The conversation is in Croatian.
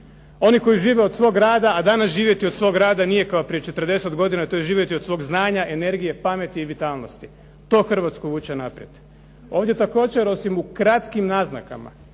oni koji žive od svog rada a danas živjeti od svog rada nije kao prije četrdeset godina, to je živjeti od svog znanja, energije, pameti i vitalnosti. To Hrvatsku vuče naprijed. Ovdje također osim u kratkim naznakama